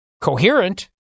coherent